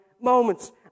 moments